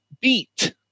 beat